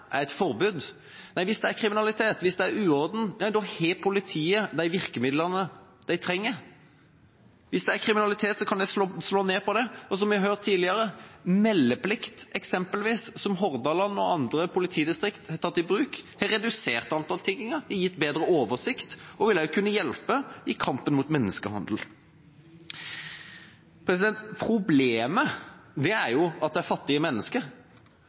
et forbud? Nei, hvis det er kriminalitet, hvis det er uorden, har politiet de virkemidlene de trenger. Hvis det er kriminalitet, kan de slå ned på den. Som vi har hørt tidligere, har eksempelvis meldeplikt, som Hordaland og andre politidistrikter har tatt i bruk, redusert antall tiggere og gitt bedre oversikt – og vil også kunne hjelpe i kampen mot menneskehandel. Problemet er at dette er fattige mennesker,